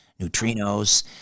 neutrinos